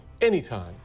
anytime